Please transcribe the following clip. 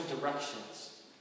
directions